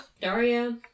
Daria